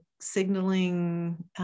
signaling